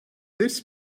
this